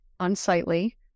unsightly